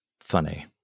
funny